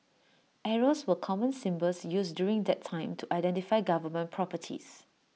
arrows were common symbols used during that time to identify government properties